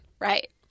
Right